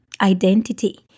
identity